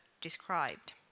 described